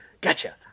gotcha